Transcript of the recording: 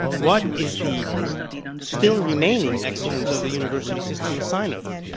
what is the still remaining excellence of the university system a sign of?